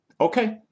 Okay